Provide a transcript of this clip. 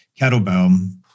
kettlebell